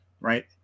right